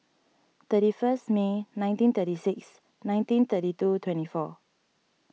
thirty first May nineteen thirty six nineteen thirty two twenty four